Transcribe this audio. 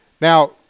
Now